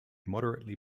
moderately